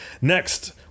Next